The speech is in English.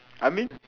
I mean